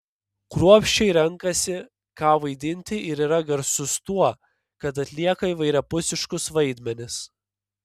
kruopščiai renkasi ką vaidinti ir yra garsus tuo kad atlieka įvairiapusiškus vaidmenis